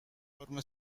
قورمه